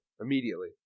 immediately